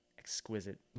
exquisite